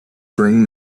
bring